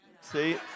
See